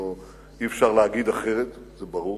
אי-אפשר להגיד אחרת, זה ברור.